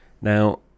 Now